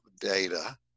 data